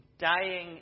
dying